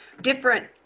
Different